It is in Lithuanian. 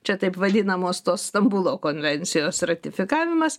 čia taip vadinamos tos stambulo konvencijos ratifikavimas